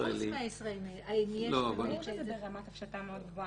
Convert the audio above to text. ישראלים --- אבל חוץ מהישראלים --- זה ברמת הפשטה מאוד גבוהה.